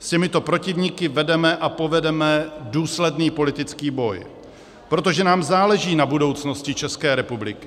S těmito protivníky vedeme a povedeme důsledný politický boj, protože nám záleží na budoucnosti České republiky.